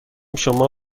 شما